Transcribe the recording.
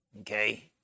Okay